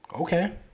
Okay